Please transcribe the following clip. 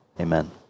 Amen